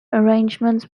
arrangements